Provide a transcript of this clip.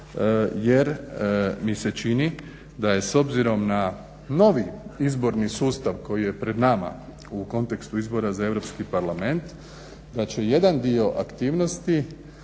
jer mi se čini da je s obzirom na novi izborni sustav koji je pred nama u kontekstu izbora za Europski parlament da će jedan dio aktivnosti